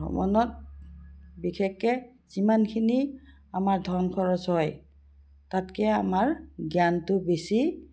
ভ্ৰমণত বিশেষকৈ যিমানখিনি আমাৰ ধন খৰচ হয় তাতকৈ আমাৰ জ্ঞানটো বেছি